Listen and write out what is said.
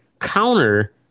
counter